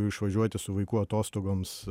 išvažiuoti su vaiku atostogoms